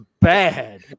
bad